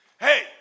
Hey